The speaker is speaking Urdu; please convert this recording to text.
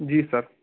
جی سر